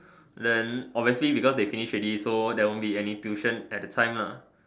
then obviously because they finish already so there won't be any tuition at the time lah